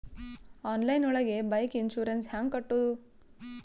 Online ಒಳಗೆ bike insurance ಹ್ಯಾಂಗ್ ಕಟ್ಟುದು?